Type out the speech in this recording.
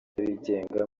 bigenga